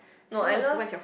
no I love